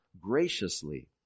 graciously